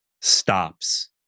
stops